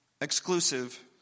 exclusive